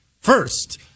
First